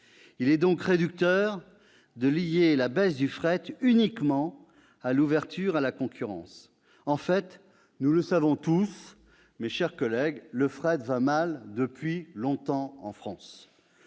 Il est donc réducteur de lier la baisse du fret uniquement à l'ouverture à la concurrence. En fait, nous le savons tous, mes chers collègues, le fret va mal depuis longtemps en France.